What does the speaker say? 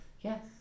Yes